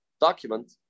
document